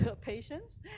Patience